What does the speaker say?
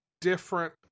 different